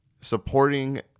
supporting